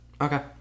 Okay